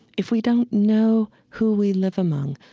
if we don't know who we live among,